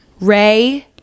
ray